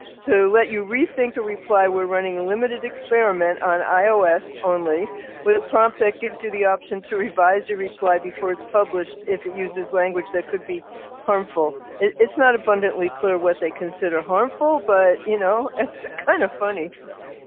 to let you rethink a reply, we're running a limited experiment on ios only with a prompt that gives you the option to revise your reply before it's published if it uses language that could be harmful. it's not abundantly clear what they consider harmful, but you know, it's kind of funny.